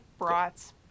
Brats